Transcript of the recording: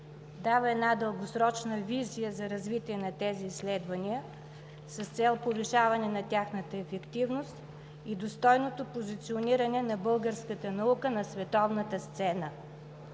дава дългосрочна визия за развитие на тези изследвания с цел повишаване на тяхната ефективност и достойното позициониране на българската наука на световната сцена.